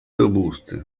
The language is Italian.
robuste